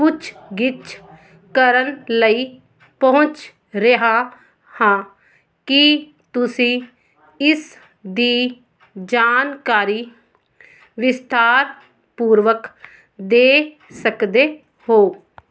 ਪੁੱਛਗਿਛ ਕਰਨ ਲਈ ਪਹੁੰਚ ਰਿਹਾ ਹਾਂ ਕੀ ਤੁਸੀਂ ਇਸ ਦੀ ਜਾਣਕਾਰੀ ਵਿਸਥਾਰ ਪੂਰਵਕ ਦੇ ਸਕਦੇ ਹੋ